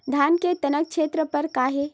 धान के तनक छेदा बर का हे?